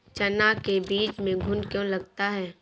चना के बीज में घुन क्यो लगता है?